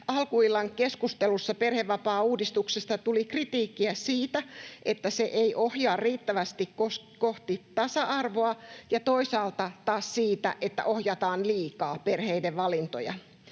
Alkuillan keskustelussa perhevapaauudistuksesta tuli kritiikkiä siitä, että se ei ohjaa riittävästi kohti tasa-arvoa, ja toisaalta taas siitä, että ohjataan liikaa perheiden valintoja.